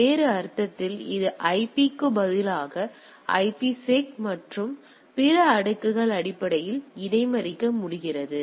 வேறு அர்த்தத்தில் இது ஐபிக்கு பதிலாக ஐபிசெக் மற்றும் பிற அடுக்குகள் அடிப்படையில் இடைமறிக்க முடிகிறது